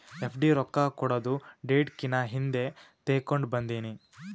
FD ರೊಕ್ಕಾ ಕೊಡದು date ಕಿನಾ ಹಿಂದೆ ತೇಕೊಂಡ್ ಬಂದಿನಿ